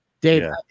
Dave